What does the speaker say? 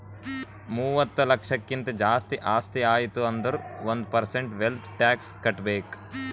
ಮೂವತ್ತ ಲಕ್ಷಕ್ಕಿಂತ್ ಜಾಸ್ತಿ ಆಸ್ತಿ ಆಯ್ತು ಅಂದುರ್ ಒಂದ್ ಪರ್ಸೆಂಟ್ ವೆಲ್ತ್ ಟ್ಯಾಕ್ಸ್ ಕಟ್ಬೇಕ್